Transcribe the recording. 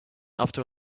after